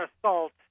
assault